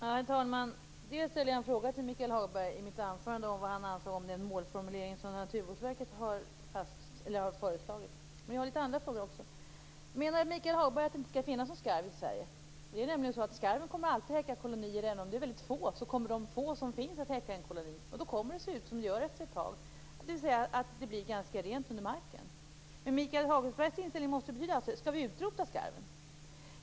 Herr talman! Dels ställde jag en fråga till Michael Hagberg i mitt anförande om vad han ansåg om den målformulering som Naturvårdsverket har föreslagit. Dels har jag litet andra frågor också. Menar Michael Hagberg att det inte skall finnas någon skarv i Sverige? Skarven kommer nämligen alltid att häcka i kolonier. Även om de är väldigt få, så kommer de få som finns att häcka i koloni. Då kommer det att se ut som det gör efter ett tag. Det blir ganska rent under marken. Betyder Michael Hagbergs inställning att vi skall utrota skarven?